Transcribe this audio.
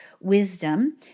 wisdom